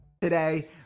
Today